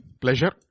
pleasure